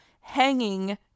hanging